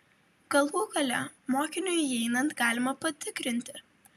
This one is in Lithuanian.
galų gale mokiniui įeinant galima patikrinti